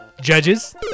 Judges